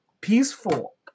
peaceful